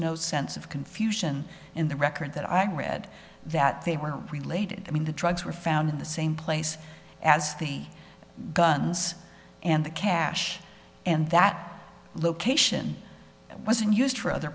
no sense of confusion in the record that i read that they were related i mean the drugs were found in the same place as the guns and the cash and that location wasn't used for other